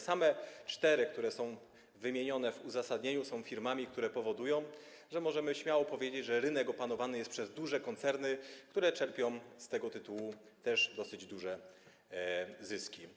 Same te cztery, które są wymienione w uzasadnieniu, są firmami, które powodują, że możemy śmiało powiedzieć, że rynek opanowany jest przez duże koncerny, które czerpią z tego tytułu też dosyć duże zyski.